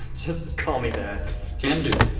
just call me that can do,